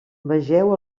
vegeu